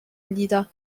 lieder